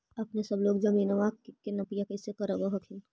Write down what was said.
अपने सब लोग जमीनमा के नपीया कैसे करब हखिन?